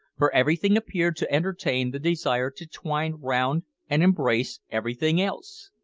for everything appeared to entertain the desire to twine round and embrace everything else.